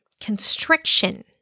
constriction